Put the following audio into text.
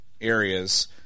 areas